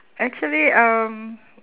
actually um